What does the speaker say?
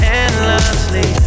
endlessly